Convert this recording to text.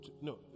No